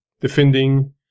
defending